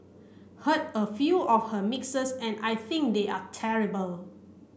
heard a few of her mixes and I think they are terrible